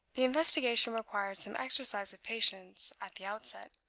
the investigation required some exercise of patience at the outset.